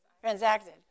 transacted